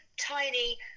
tiny